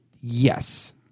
Yes